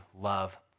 Love